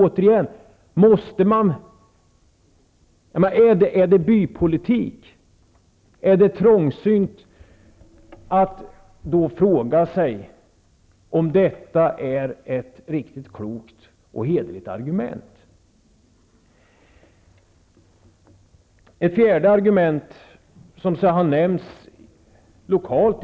Återigen frågar jag mig om man kan kalla det bypolitik eller om det är trångsynt att fråga sig huruvida detta argument är riktigt, hederligt och klokt. Det finns ytterligare ett argument som har nämnts lokalt.